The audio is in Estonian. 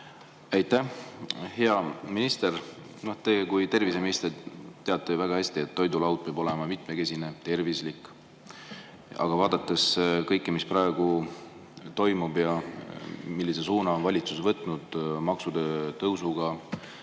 Aitäh! Hea minister! Teie kui terviseminister teate ju väga hästi, et toidulaud peab olema mitmekesine ja tervislik. Aga vaadates kõike, mis praegu toimub ja millise suuna on valitsus võtnud maksude tõusuga,